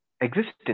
existence